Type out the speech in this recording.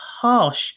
harsh